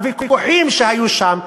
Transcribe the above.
הוויכוחים שהיו שם,